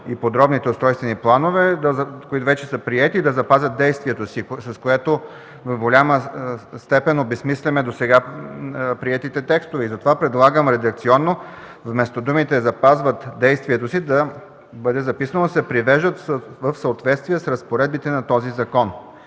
и подробните устройствени планове, които вече са приети, да запазят действието си, с което в голяма степен обезсмисляме досега приетите текстове. Затова предлагам редакционно, вместо думите „запазват действието си”, да бъде записано „се привеждат в съответствие с разпоредбите на този закон”.